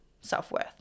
self-worth